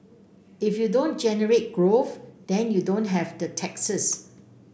if you don't generate growth then you don't have the taxes